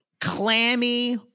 clammy